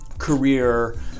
career